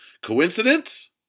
Coincidence